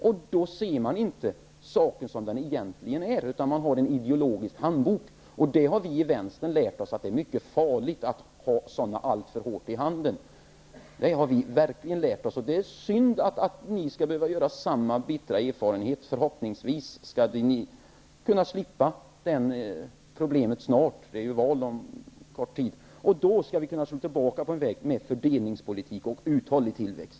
Det innebär att ni inte ser saken som den egentligen är, utan ni har en ideologisk handbok. Vi i vänstern har lärt oss att det är mycket farligt att hålla sådana handböcker alltför hårt i handen. Det har vi verkligen lärt oss, och det är synd att ni skall behöva göra samma bittra erfarenhet. Förhoppningsvis kommer ni snart att slippa det problemet; det är ju val om kort tid. Då skall vi på nytt kunna slå in på en väg med fördelningspolitik och uthållig tillväxt.